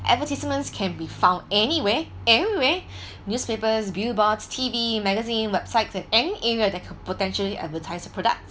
advertisements can be found anywhere anywhere newspapers billboards T_V magazine website and any area that could potentially advertise a product